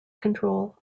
control